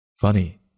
Funny